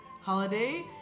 holiday